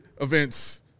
events